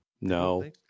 No